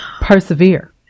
persevere